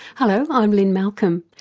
hello, i'm lynne malcolm.